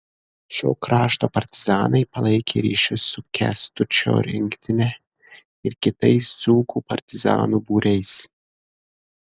šio krašto partizanai palaikė ryšius su kęstučio rinktine ir kitais dzūkų partizanų būriais